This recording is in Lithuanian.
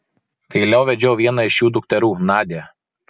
vėliau vedžiau vieną iš jų dukterų nadią